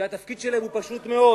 שהתפקיד שלהן הוא פשוט מאוד.